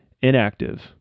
inactive